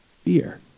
fear